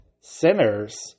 sinners